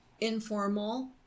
informal